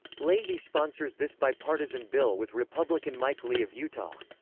leahy sponsors this bipartisan bill with republican mike lee of utah.